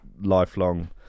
lifelong